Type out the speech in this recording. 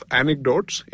anecdotes